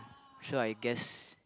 so I guess